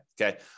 Okay